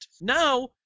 Now